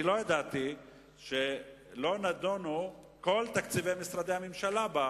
אני לא ידעתי שלא כל תקציבי משרדי הממשלה נדונו.